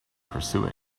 pursuing